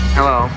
Hello